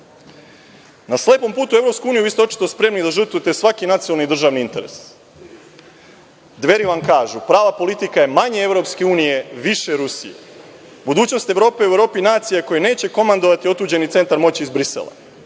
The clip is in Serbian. slepom putu u EU, vi ste očito spremni da žrtvujete svaki nacionalni i državni interes. Dveri vam kažu, prava politika je manje EU, više Rusije. Budućnost Evrope u Evropi nacija koje neće komandovati otuđeni centar moći iz